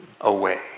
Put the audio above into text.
away